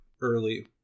early